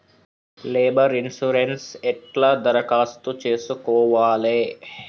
Labour insurance ఎట్ల దరఖాస్తు చేసుకోవాలే?